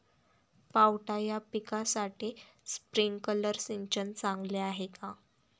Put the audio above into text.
पावटा या पिकासाठी स्प्रिंकलर सिंचन चांगले आहे का?